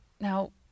now